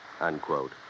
unquote